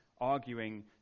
arguing